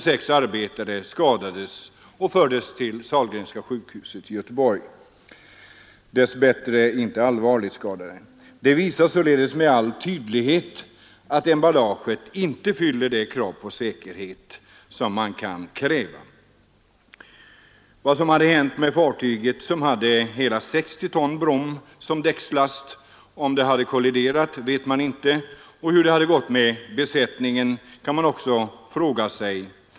Sex arbetare skadades — dess bättre inte livsfarligt — och fördes till Sahlgrenska sjukhuset i Göteborg. Det inträffade visar således med all tydlighet att emballaget inte fyller de krav på säkerhet som man kan ställa. Vad som hade hänt med fartyget, som hade hela 60 ton brom som däckslast, om det hade kolliderat vet man inte, och hur det då hade gått med besättningen kan man också fråga sig.